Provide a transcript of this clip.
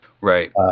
right